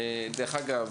דרך אגב,